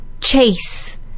chase